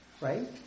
Right